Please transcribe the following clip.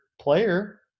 player